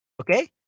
okay